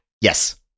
Yes